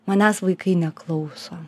manęs vaikai neklauso